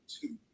two